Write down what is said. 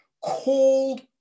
called